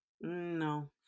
no